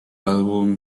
álbum